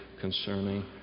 concerning